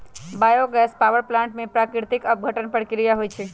bio gas power plant में प्राकृतिक अपघटन प्रक्रिया होइ छइ